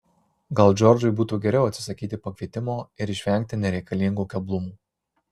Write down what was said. gal džordžui būtų geriau atsisakyti pakvietimo ir išvengti nereikalingų keblumų